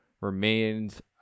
remains